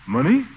Money